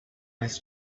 his